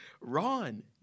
Ron